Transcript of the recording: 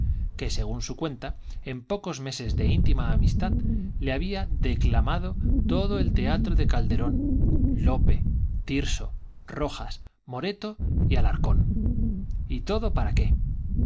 que según su cuenta en pocos meses de íntima amistad le había declamado todo el teatro de calderón lope tirso rojas moreto y alarcón y todo para qué